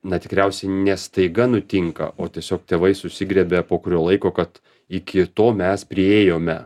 na tikriausiai ne staiga nutinka o tiesiog tėvai susigriebia po kurio laiko kad iki to mes priėjome